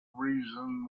reason